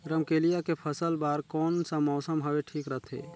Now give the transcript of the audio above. रमकेलिया के फसल बार कोन सा मौसम हवे ठीक रथे?